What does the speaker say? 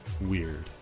Weird